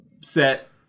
set